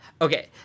Okay